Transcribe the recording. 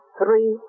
three